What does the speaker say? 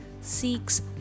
seeks